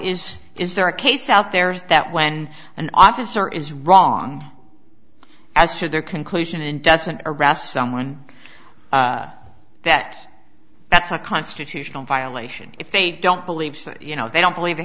is is there a case out there is that when an officer is wrong as to their conclusion and doesn't arrest someone that that's a constitutional violation if they don't believe you know they don't believe they